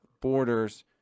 borders